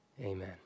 Amen